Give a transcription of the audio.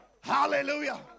hallelujah